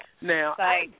Now